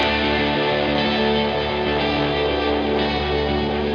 and